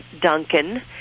Duncan